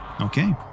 Okay